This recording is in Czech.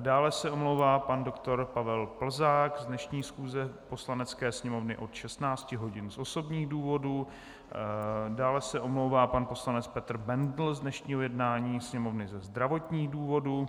Dále se omlouvá pan doktor Pavel Plzák z dnešní schůze Poslanecké sněmovny od 16 hodin z osobních důvodů, dále se omlouvá pan poslanec Petr Bendl z dnešního jednání Sněmovny ze zdravotních důvodů,